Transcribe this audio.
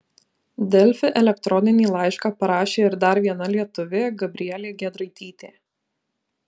delfi elektroninį laišką parašė ir dar viena lietuvė gabrielė giedraitytė